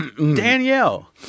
Danielle